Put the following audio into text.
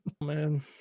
man